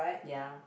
ya